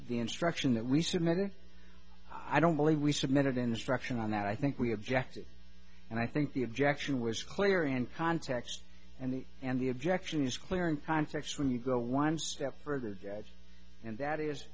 the instruction that we submitted i don't believe we submitted instruction on that i think we objected and i think the objection was clear in context and the and the objection is clear in context when you go one step further and that is